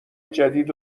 جدید